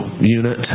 unit